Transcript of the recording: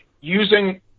using